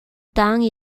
temps